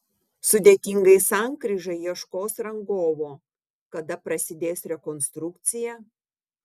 sudėtingai sankryžai ieškos rangovo kada prasidės rekonstrukcija